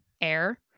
air